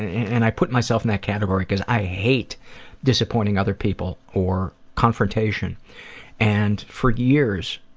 and i put myself in that category because i hate disappointing other people or confrontation and for years,